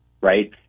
right